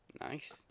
Nice